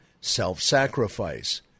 self-sacrifice